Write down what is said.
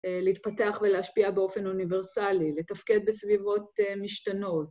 להתפתח ולהשפיע באופן אוניברסלי, לתפקד בסביבות משתנות.